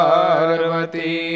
Parvati